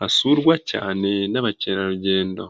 hasurwa cyane n'abakerarugendo,